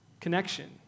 connection